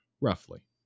roughly